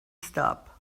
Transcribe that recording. stop